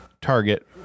target